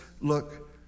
look